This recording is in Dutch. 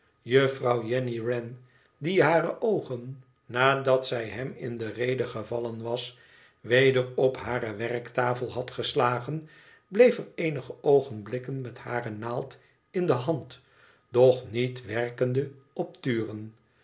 juffrouw jenny wren die hare oogen nadat zij hem in de rede gevallen was weder op hare werktafel had geslagen bleef er eenige oogenblikken met hare naald in de hand doch niet werkende op